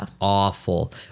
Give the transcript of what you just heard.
Awful